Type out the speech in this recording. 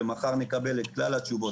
ומחר נקבל את כלל התשובות,